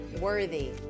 worthy